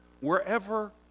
wherever